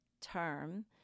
term